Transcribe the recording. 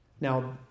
Now